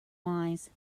wise